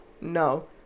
No